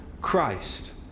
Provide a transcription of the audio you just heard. Christ